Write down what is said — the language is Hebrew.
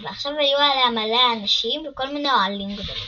ועכשיו היו עליה מלא אנשים וכל מיני אוהלים גדולים.